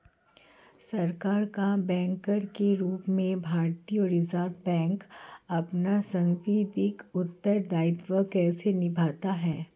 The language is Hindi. सरकार का बैंकर के रूप में भारतीय रिज़र्व बैंक अपना सांविधिक उत्तरदायित्व कैसे निभाता है?